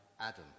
Adam